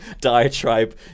diatribe